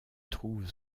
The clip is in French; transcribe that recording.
trouve